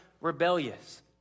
rebellious